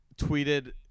tweeted